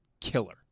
killer